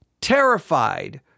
terrified